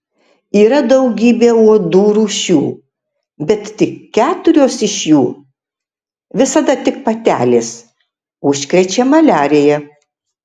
yra daugybė uodų rūšių bet tik keturios iš jų visada tik patelės užkrečia maliarija